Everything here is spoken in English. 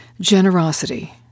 Generosity